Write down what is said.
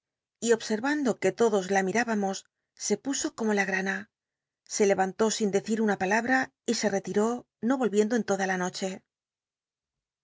y ob errando que todos la mirábamos se puo o i omn la rana se le'antó sin decir una palabra y se retiró no yohiendo en toda la noche